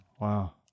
Wow